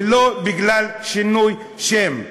ולא בגלל שינוי שם.